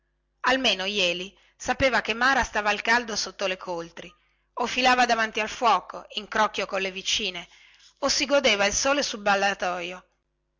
almeno jeli sapeva che mara stava al caldo sotto le coltri o filava davanti al fuoco in crocchio colle vicine o si godeva il sole sul ballatojo